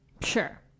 Sure